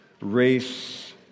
race